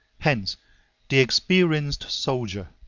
hence the experienced soldier,